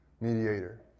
mediator